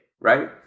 right